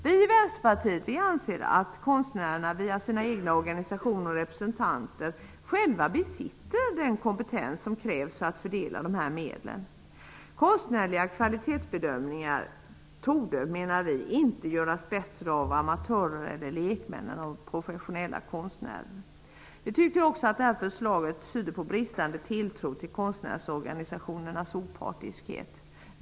Vi i Vänsterpartiet anser att konstnärerna via sina egna organisationer och representanter själva besitter den kompetens som krävs för att fördela dessa medel. Vi menar att konstnärliga kvalitetsbedömningar inte torde göras bättre av amatörer eller lekmän än av professionella konstnärer. Vi tycker också att förslaget tyder på bristande tilltro till konstnärsorganisationernas opartiskhet.